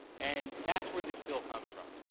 and that's where this bill comes from.